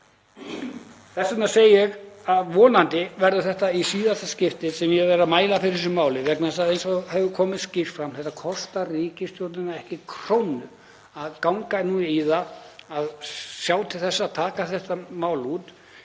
Þess vegna segi ég að vonandi verður þetta í síðasta skipti sem ég mæli fyrir þessu máli vegna þess að eins og hefur komið skýrt fram þá kostar ríkisstjórnina ekki krónu að ganga í það að sjá til þess að taka þetta mál út.